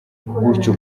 gutyo